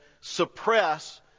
suppress